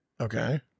Okay